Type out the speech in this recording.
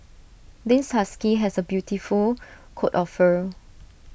this husky has A beautiful coat of fur